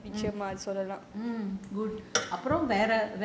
mm good